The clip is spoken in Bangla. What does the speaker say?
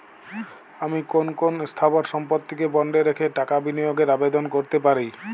আমি কোন কোন স্থাবর সম্পত্তিকে বন্ডে রেখে টাকা বিনিয়োগের আবেদন করতে পারি?